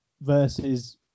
versus